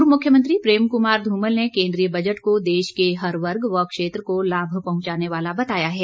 पूर्व मुख्यमंत्री प्रेम कुमार धूमल ने केन्द्रीय बजट को देश के हर वर्ग व क्षेत्र को लाभ पहुंचाने वाला बताया है